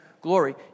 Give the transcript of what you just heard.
glory